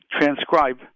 transcribe